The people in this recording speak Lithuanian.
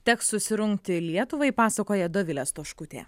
teks susirungti lietuvai pasakoja dovilė stoškutė